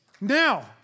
Now